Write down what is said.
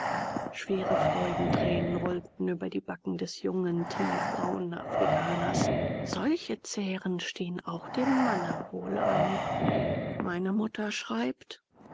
schwere freudentränen rollten über die backen des jungen tiefbraunen afrikaners solche zähren stehen auch dem manne wohl an meine mutter schreibt